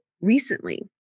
recently